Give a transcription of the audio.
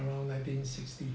around nineteen sixty